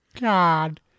God